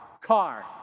car